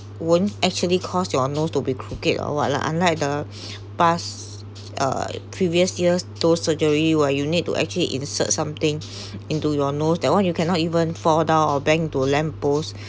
it won't actually cause your nose to be crooked or what lah unlike the past uh previous years those surgery where you need to actually insert something into your nose that one you cannot even fall down or bang to lamp post